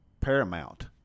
paramount